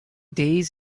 days